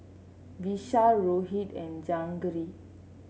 Vishal Rohit and Jahangir